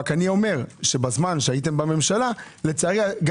רק אני אומר שבזמן שהייתם בממשלה לצערי גם